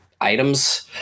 items